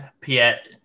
Piet